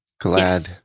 Glad